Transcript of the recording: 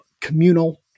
communal